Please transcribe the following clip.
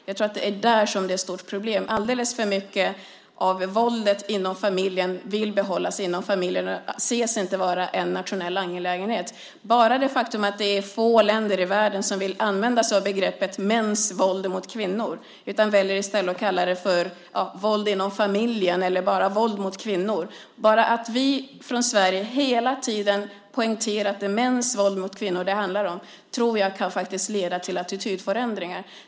Där tror jag att det finns ett stort problem. Alldeles för mycket våld inom familjen hålls inom familjen och anses inte vara en nationell angelägenhet. Bara det faktum att det är få länder i världen som vill använda sig av begreppet "mäns våld mot kvinnor" och i stället kallar det för "våld inom familjen" eller "våld mot kvinnor" visar detta. Att vi i Sverige hela tiden poängterar att det handlar om mäns våld mot kvinnor tror vi kan leda till attitydförändringar.